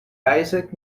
isaac